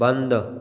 बंद